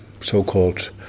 so-called